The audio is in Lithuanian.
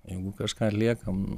jeigu kažką atliekam